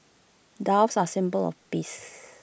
doves are symbol of peace